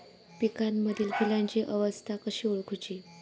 पिकांमदिल फुलांची अवस्था कशी ओळखुची?